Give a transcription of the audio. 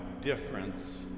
difference